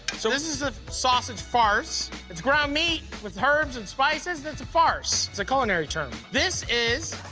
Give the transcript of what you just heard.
so this is the sausage farce. it's ground meat with herbs and spices, that's a farce. it's a culinary term. this is.